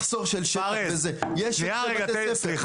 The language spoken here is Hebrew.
פארס תן לי לסיים,